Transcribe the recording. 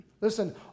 Listen